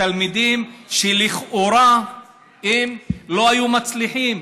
תלמידים שלכאורה לא היו מצליחים,